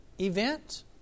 event